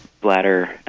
bladder